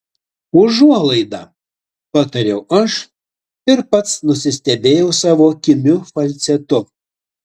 užuolaida patariau aš ir pats nusistebėjau savo kimiu falcetu